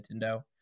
Nintendo